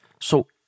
So-